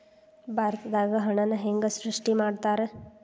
ಭಾರತದಾಗ ಹಣನ ಹೆಂಗ ಸೃಷ್ಟಿ ಮಾಡ್ತಾರಾ